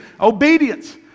Obedience